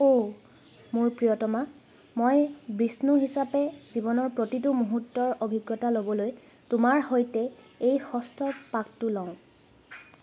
অ' মোৰ প্ৰিয়তমা মই বিষ্ণু হিচাপে জীৱনৰ প্ৰতিটো মুহূৰ্তৰ অভিজ্ঞতা ল'বলৈ তোমাৰ সৈতে এই ষষ্ঠ পাকটো লওঁ